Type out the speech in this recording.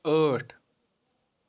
ٲٹھ